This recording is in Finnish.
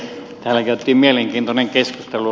täällä käytiin mielenkiintoinen keskustelu